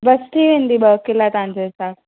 बसि थी वेंदी ॿ किला तव्हां जे हिसाबु